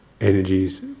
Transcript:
energies